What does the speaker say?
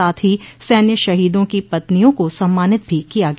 साथ ही सैन्य शहीदों की पत्नियों को सम्मानित भी किया गया